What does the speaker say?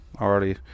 already